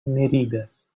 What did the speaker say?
mirigas